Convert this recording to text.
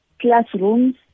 classrooms